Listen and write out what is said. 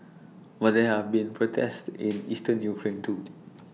but there have been protests in eastern Ukraine too